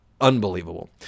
unbelievable